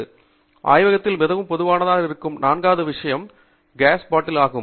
ஸ்லைடுநேரம் 0419 ஆய்வகத்தில் மிகவும் பொதுவானதாக இருக்கும் நான்காவது விஷயம் கேஸ் பாட்டில் ஆகும்